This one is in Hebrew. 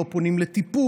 לא פונים לטיפול,